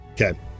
okay